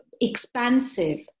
expansive